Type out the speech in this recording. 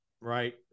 Right